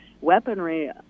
Weaponry